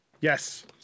Yes